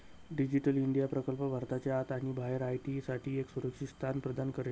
digital India प्रकल्प भारताच्या आत आणि बाहेर आय.टी साठी एक सुरक्षित स्थान प्रदान करेल